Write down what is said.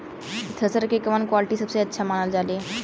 Thresher के कवन quality सबसे अच्छा मानल जाले?